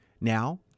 now